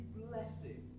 blessing